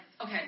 okay